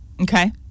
Okay